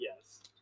Yes